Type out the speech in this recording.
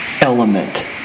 element